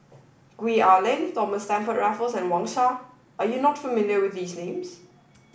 Gwee Ah Leng Thomas Stamford Raffles and Wang Sha are you not familiar with these names